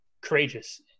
courageous